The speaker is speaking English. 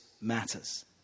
matters